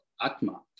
atma